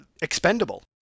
expendable